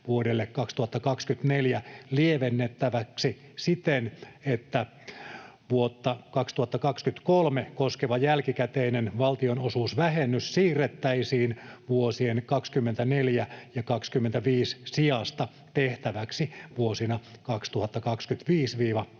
vuodelle 2024 lievennettäväksi siten, että vuotta 2023 koskeva jälkikäteinen valtionosuusvähennys siirrettäisiin vuosien 24 ja 25 sijasta tehtäväksi vuosina 2025—2027.